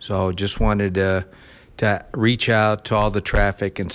so just wanted to reach out to all the traffic and